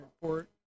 Report